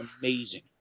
amazing